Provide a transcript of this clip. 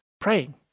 Praying